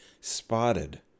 spotted